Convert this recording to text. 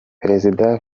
perezida